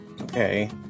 Okay